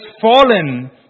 fallen